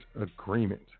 agreement